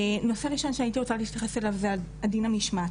נושא ראשון שהייתי רוצה להתייחס אליו זה הדין המשמעתי.